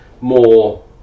more